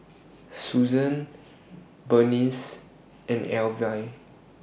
Suzann Burnice and Alvie